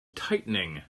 tightening